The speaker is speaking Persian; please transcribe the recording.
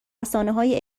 رسانههای